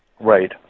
Right